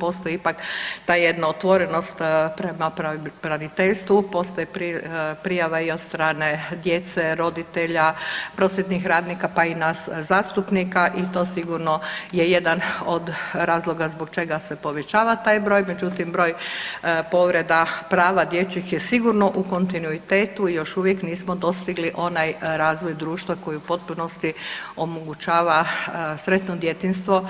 Postoji ipak ta jedna otvorenost prema pravobraniteljstvu, postoji prijava i od strane djece, roditelja, prosvjetnih radnika, pa i nas zastupnika i to sigurno je jedan od razloga zbog čega se povećava taj broj, međutim, broj povreda prava dječjih je sigurno u kontinuitetu i još uvijek nismo dostigli onaj razvoj društva koji u potpunosti omogućava sretno djetinjstvo